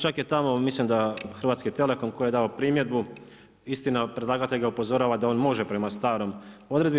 Čak je tamo mislim Hrvatski telekom koji je dao primjedbu, istina predlagatelj ga upozorava da on može prema staroj odredbi.